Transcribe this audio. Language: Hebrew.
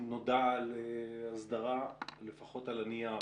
נודע על הסדרה של הדבר הזה, לפחות על הנייר,